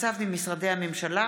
אביגדור ליברמן,